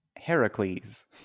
Heracles